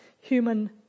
human